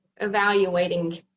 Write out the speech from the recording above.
evaluating